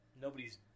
nobody's